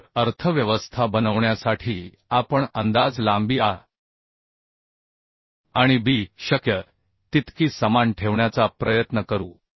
तर अर्थव्यवस्था बनवण्यासाठी आपण अंदाज लांबी A आणि B शक्य तितकी समान ठेवण्याचा प्रयत्न करू